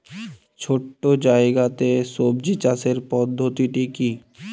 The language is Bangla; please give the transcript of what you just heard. ছোট্ট জায়গাতে সবজি চাষের পদ্ধতিটি কী?